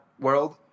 world